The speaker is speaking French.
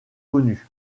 connue